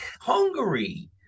Hungary